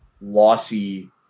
lossy